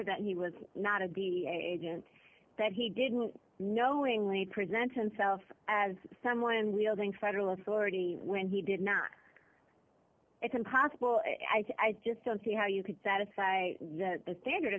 that he was not of the agent that he didn't knowingly present himself as someone wielding federal authority when he did not it's impossible i just don't see how you could satisfy the standard of